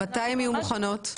מתי הן יהיו מוכנות?